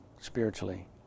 spiritually